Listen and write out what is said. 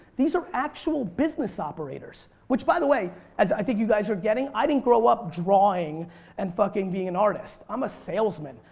these are actual business operators which by the way as i think you guys are getting i didn't grow drawing and fucking being an artist. i'm a salesman.